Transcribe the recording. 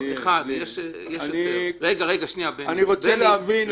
אני רוצה להבין,